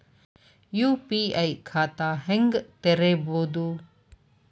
UPI ಖಾತಾ ಹೆಂಗ್ ತೆರೇಬೋದು?